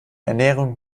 ernährung